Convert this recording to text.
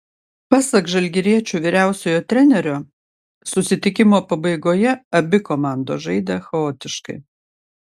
pasak žalgiriečių vyriausiojo trenerio susitikimo pabaigoje abi komandos žaidė chaotiškai